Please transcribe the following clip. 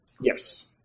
Yes